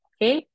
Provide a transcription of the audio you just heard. Okay